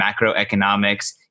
macroeconomics